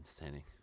entertaining